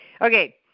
Okay